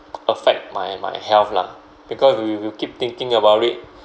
affect my my health lah because we will keep thinking about it